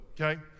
okay